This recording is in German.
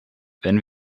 wenn